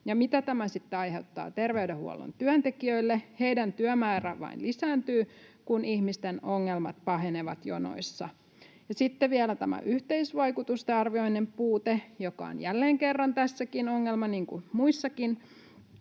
Ja mitä tämä sitten aiheuttaa terveydenhuollon työntekijöille? Heidän työmääränsä vain lisääntyy, kun ihmisten ongelmat pahenevat jonoissa. Sitten on vielä tämä yhteisvaikutusten arvioinnin puute, joka on jälleen kerran tässäkin ongelma, niin kuin muissakin